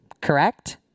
Correct